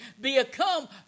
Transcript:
become